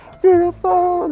beautiful